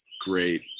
great